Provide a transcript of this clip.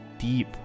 deep